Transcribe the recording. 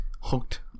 hooked